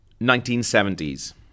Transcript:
1970s